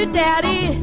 daddy